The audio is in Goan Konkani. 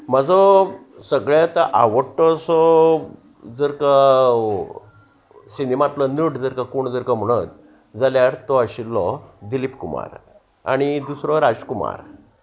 म्हाजो सगळे आतां आवडटो असो जरका सिनेमांतलो नट जर कोण जर म्हणत जाल्यार तो आशिल्लो दिलीप कुमार आनी दुसरो राजकुमार